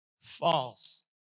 False